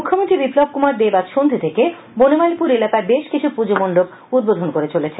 মুখ্যমন্ত্রী বিপ্লব কুমার দেব আজ সন্ধ্যা থেকে বনমালীপুর এলাকায় বেশ কিছু পুজো মণ্ডপ উদ্বোধন করে চলেছেন